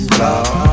love